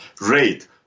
rate